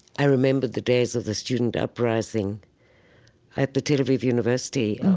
i remember the days of the student uprising at the tel aviv university